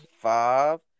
five